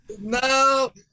No